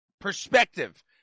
perspective